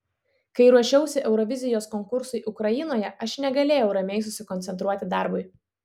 kai ruošiausi eurovizijos konkursui ukrainoje aš negalėjau ramiai susikoncentruoti darbui